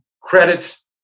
credits